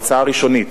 ההצעה הראשונית,